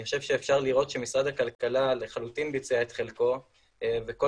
אני חושב שאפשר לראות שמשרד הכלכלה לחלוטין ביצע את חלקו וכל